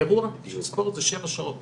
אירוע של ספורט זה שבע שעות.